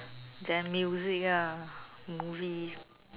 then music ah movies